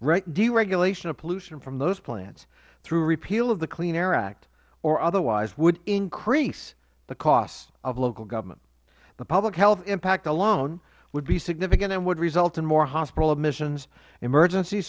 valley deregulation of pollution from those plants through repeal of the clean air act or otherwise would increase the costs of local government the public health impact alone would be significant and would result in more hospital emissions emergency